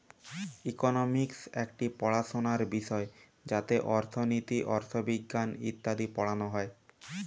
economics একটি পড়াশোনার বিষয় যাতে অর্থনীতি, অথবিজ্ঞান ইত্যাদি পড়ানো হয়